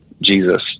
jesus